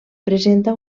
presenta